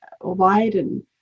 widen